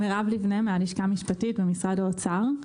שלום, מירב ליבנה מהלשכה המשפטית במשרד האוצר.